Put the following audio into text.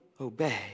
obey